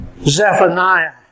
Zephaniah